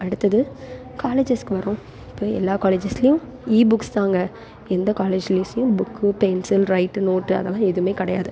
அடுத்தது காலேஜஸுக்கு வர்றோம் இப்போ எல்லா காலேஜஸ்லேயும் இபுக்ஸ் தான்ங்க எந்த காலேஜஸ்லேயும் புக்கு பென்சில் ரைட்டு நோட்டு அதெல்லாம் எதுவுமே கிடையாது